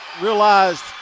realized